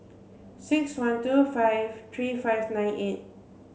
six one two five three five nine eight